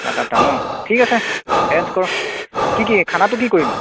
সাত আঠটা ন ঠিক আছে এৰেঞ্জ কৰ কি কি খানাটো কি কৰিম